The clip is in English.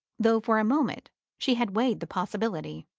though for a moment she had weighed the possibility.